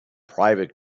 private